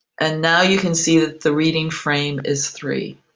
and now you can see that the reading frame is three.